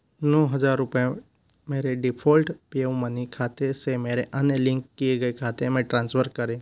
नौ हजार रुपये मेरे डिफ़ॉल्ट पेओ मनी खाते से मेरे अन्य लिंक किए गए खाते में ट्रांसफ़र करें